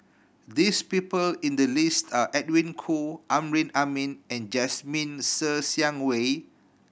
this people in the list are Edwin Koo Amrin Amin and Jasmine Ser Xiang Wei